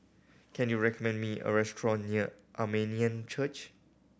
can you recommend me a restaurant near Armenian Church